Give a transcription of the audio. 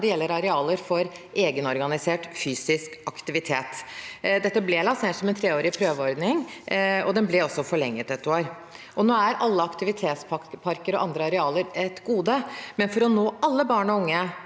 når det gjelder arealer for egenorganisert fysisk aktivitet. Dette ble lansert som en treårig prøveordning, og den ble også forlenget med et år. Alle aktivitetsparker og andre arealer er et gode, men for å nå alle barn og unge